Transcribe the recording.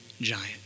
giant